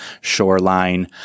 Shoreline